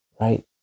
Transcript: Right